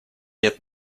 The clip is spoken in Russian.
лет